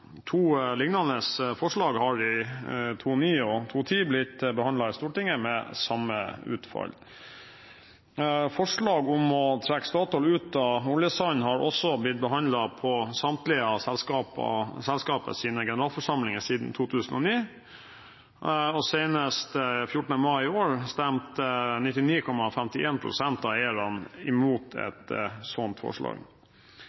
To lignende forslag har i henholdsvis 2009 og 2010 blitt behandlet i Stortinget med samme utfall. Forslag om å trekke Statoil ut av oljesandvirksomhet har også blitt behandlet på samtlige av selskapets generalforsamlinger siden 2009, og senest 14. mai i år stemte 99,51 pst. av eierne imot